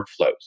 workflows